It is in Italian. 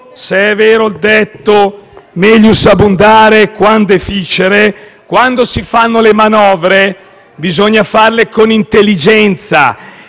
se è vero il detto *melius abundare* *quam* *deficere*, quando si fanno le manovre, bisogna farle con intelligenza.